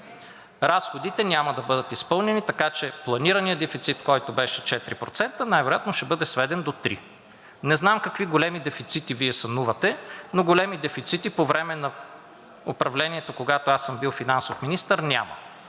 Разходите няма да бъдат изпълнени, така че планираният дефицит, който беше 4%, най-вероятно ще бъде сведен до 3. Не знам какви големи дефицити Вие сънувате, но големи дефицити по време на управлението, когато аз съм бил финансов министър, няма.